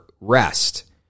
rest